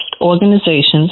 organizations